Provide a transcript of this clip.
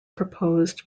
purposed